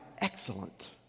excellent